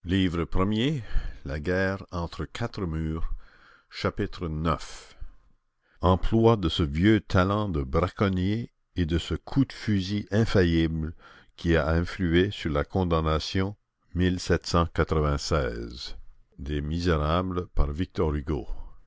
chapitre ix emploi de ce vieux talent de braconnier et de ce coup de fusil infaillible qui a influé sur la condamnation